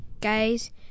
guys